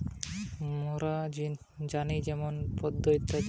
ম্যালা রকমের জলজ উদ্ভিদ ব্যাপারে মোরা জানি যেমন পদ্ম ইত্যাদি